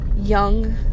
young